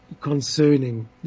Concerning